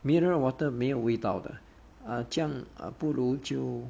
mineral water 没有味道的 ah 这样不如酒